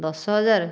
ଦଶ ହଜାର